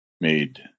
made